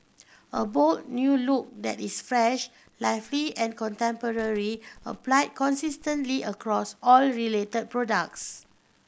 a bold new look that is fresh lively and contemporary applied consistently across all related products